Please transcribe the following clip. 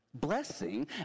blessing